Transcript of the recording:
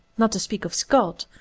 not to speak of scott,